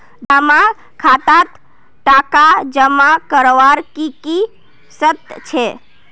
जमा खातात टका जमा करवार की की शर्त छे?